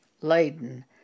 laden